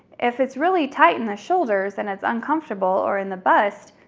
if it's really tight in the shoulders and it's uncomfortable or in the bust,